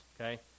okay